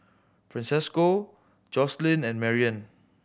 Francesco Joselin and Marian